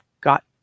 got